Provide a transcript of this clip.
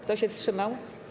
Kto się wstrzymał?